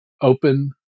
open